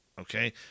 okay